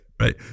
right